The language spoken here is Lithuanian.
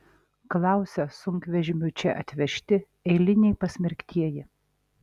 klausia sunkvežimiu čia atvežti eiliniai pasmerktieji